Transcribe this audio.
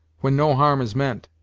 when no harm is meant.